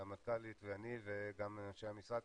המנכ"לית ואני וגם אנשי המשרד,